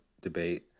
debate